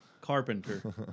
Carpenter